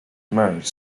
marriage